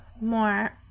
more